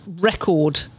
record